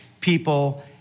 people